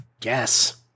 guess